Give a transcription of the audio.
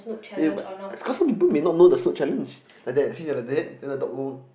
eh but some people may not know the snoot challenge like that you see the like that dog go